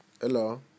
Hello